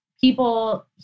people